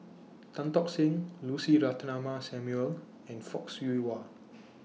Tan Tock Seng Lucy Ratnammah Samuel and Fock Siew Wah